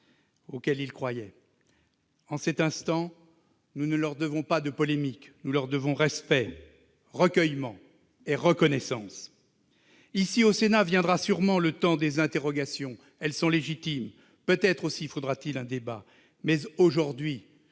auxquelles ils croyaient. En cet instant, nous leur devons qu'il n'y ait pas de polémique. Nous leur devons respect, recueillement et reconnaissance. Ici, au Sénat, viendra sûrement le temps des interrogations. Elles sont légitimes. Peut-être aussi faudra-t-il un débat. Mais, aujourd'hui,